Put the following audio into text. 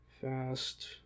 Fast